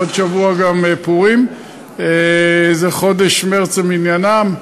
עוד שבוע פורים, זה חודש מרס למניינם.